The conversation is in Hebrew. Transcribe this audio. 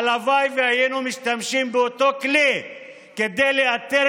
הלוואי שהיינו משתמשים באותו כלי כדי לאתר